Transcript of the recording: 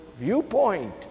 viewpoint